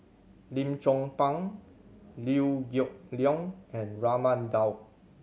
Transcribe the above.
Lim Chong Pang Liew Geok Leong and Raman Daud